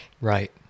Right